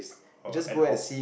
or ad hoc